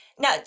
Now